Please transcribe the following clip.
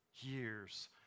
years